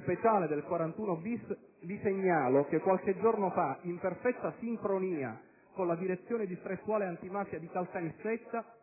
speciale dell'articolo 41-*bis*, vi segnalo che - qualche giorno fa - in perfetta sincronia con la direzione distrettuale antimafia di Caltanissetta